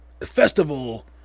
festival